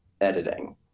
editing